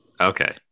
Okay